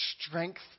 strength